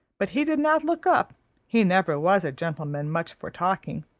but he did not look up he never was a gentleman much for talking.